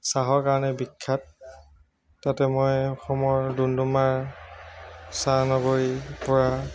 চাহৰ কাৰণে বিখ্যাত তাতে মই অসমৰ ডুমডুমাৰ চাহ নগৰীৰ পৰা